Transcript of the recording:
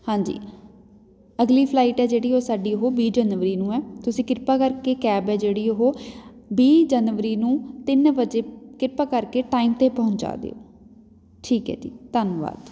ਹਾਂਜੀ ਅਗਲੀ ਫਲਾਈਟ ਹੈ ਜਿਹੜੀ ਉਹ ਸਾਡੀ ਉਹ ਵੀਹ ਜਨਵਰੀ ਨੂੰ ਹੈ ਤੁਸੀਂ ਕਿਰਪਾ ਕਰਕੇ ਕੈਬ ਹੈ ਜਿਹੜੀ ਉਹ ਵੀਹ ਜਨਵਰੀ ਨੂੰ ਤਿੰਨ ਵਜੇ ਕਿਰਪਾ ਕਰਕੇ ਟਾਈਮ 'ਤੇ ਪਹੁੰਚਾ ਦਿਓ ਠੀਕ ਹੈ ਜੀ ਧੰਨਵਾਦ